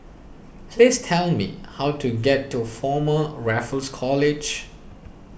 please tell me how to get to Former Raffles College